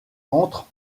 entre